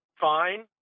fine